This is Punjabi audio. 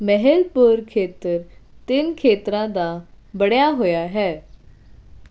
ਮਾਹਿਲਪੁਰ ਖੇਤਰ ਤਿੰਨ ਖੇਤਰਾਂ ਦਾ ਬਣਿਆ ਹੋਇਆ ਹੈ